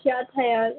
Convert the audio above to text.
क्या था यार